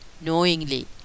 knowingly